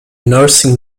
nursing